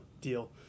deal